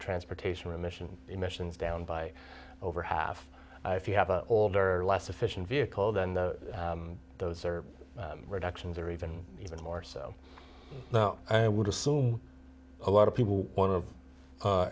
transportation emission emissions down by over half if you have an older or less efficient vehicle then the those are reductions or even even more so now i would assume a lot of people want to